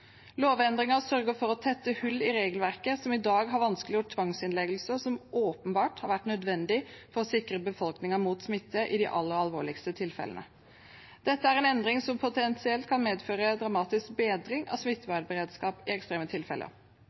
sørger for å tette hull i regelverket, som i dag har vanskeliggjort tvangsinnleggelser som åpenbart har vært nødvendige for å sikre befolkningen mot smitte i de aller alvorligste tilfellene. Dette er en endring som potensielt kan medføre dramatisk bedring av smittevernberedskap i ekstreme tilfeller.